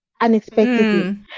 unexpectedly